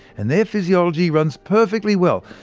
and their physiology runs perfectly well,